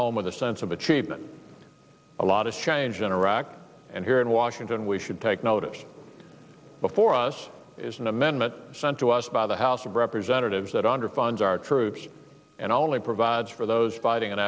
home with a sense of achievement a lot of change in iraq and here in washington we should take notice before us is an amendment sent to us by the house of representatives that underfund our troops and only provides for those fighting in